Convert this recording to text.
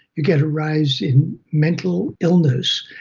you get a rise in mental illness,